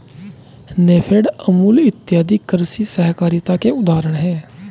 नेफेड, अमूल इत्यादि कृषि सहकारिता के उदाहरण हैं